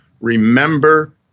remember